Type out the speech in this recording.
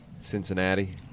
Cincinnati